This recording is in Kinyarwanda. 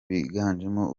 biganjemo